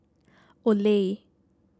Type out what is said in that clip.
Olay